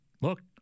look